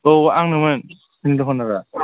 औ आंनोमोन जोंनि दखानदारा